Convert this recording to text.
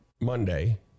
Monday